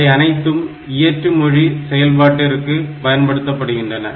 அவை அனைத்தும் இயற்று மொழி செயல்பாட்டிற்கு பயன்படுத்தப்படுகின்றன